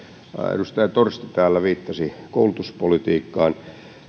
edustaja torsti täällä viittasi koulutuspolitiikkaan